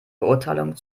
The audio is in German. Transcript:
verurteilung